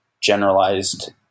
generalized